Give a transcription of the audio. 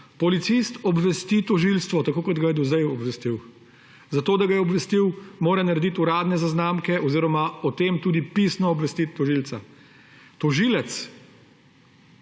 Policist obvesti tožilstvo, tako kot ga je do sedaj obvestil. Da ga je obvestil, mora narediti uradne zaznamke oziroma o tem tudi pisno obvestiti tožilca. Tožilec